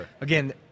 again